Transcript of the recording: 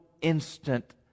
instant